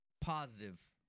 positive